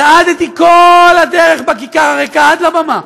צעדתי כל הדרך בכיכר הריקה עד לבמה.